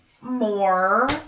more